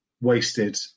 Wasted